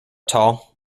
tall